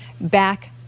back